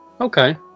Okay